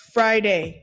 Friday